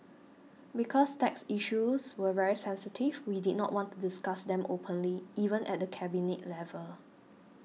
because tax issues were very sensitive we did not want to discuss them openly even at the Cabinet level